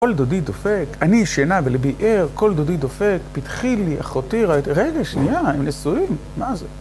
קול דודי דופק, אני שינה בלבי ער, קול דודי דופק, פתחי לי אחותי... רגע שנייה, הם נשואים, מה זה?